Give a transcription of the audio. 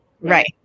Right